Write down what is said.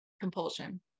compulsion